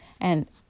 and